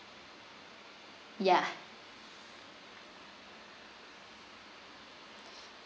ya